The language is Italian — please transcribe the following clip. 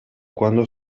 quando